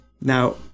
Now